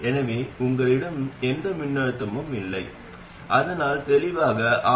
எனவே இங்கே இந்த தற்போதைய மூலமும் பூஜ்ஜியமாகும் எனவே அது படத்தில் இருந்து வெளியேறுகிறது இது ஒரு திறந்த சர்கியூட் ஆகும்